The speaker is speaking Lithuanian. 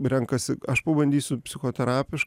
renkasi aš pabandysiu psichoterapiš